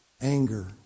anger